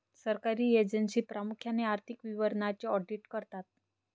सरकारी एजन्सी प्रामुख्याने आर्थिक विवरणांचे ऑडिट करतात